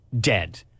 dead